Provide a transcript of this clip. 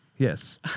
Yes